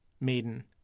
Maiden